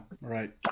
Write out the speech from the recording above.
Right